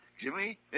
Jimmy